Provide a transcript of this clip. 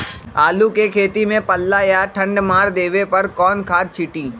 आलू के खेत में पल्ला या ठंडा मार देवे पर कौन खाद छींटी?